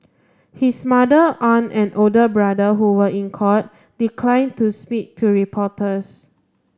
his mother aunt and older brother who were in court decline to speak to reporters